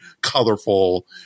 colorful